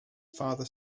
father